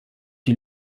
die